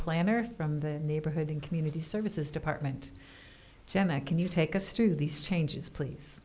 planner from the neighborhood and community services department santa can you take us through these changes please